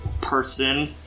person